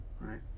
right